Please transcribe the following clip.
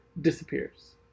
disappears